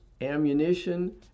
ammunition